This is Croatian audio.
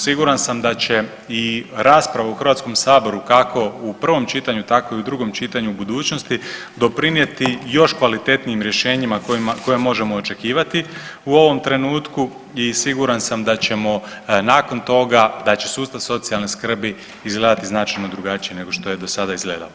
Siguran sam da će i rasprava u HS-u, kako u prvom čitanju, tako i u drugom čitanju u budućnosti doprinijeti još kvalitetnijim rješenjima koja možemo očekivati u ovom trenutku i siguran sam da ćemo nakon toga, da će sustav socijalne skrbi izgledati značajno drugačije nego što je do sada izgledao.